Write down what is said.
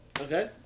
Okay